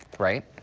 right?